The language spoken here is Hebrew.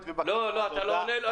לא, אתה לא עונה לו.